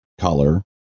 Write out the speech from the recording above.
color